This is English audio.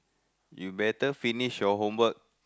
you better finish your homework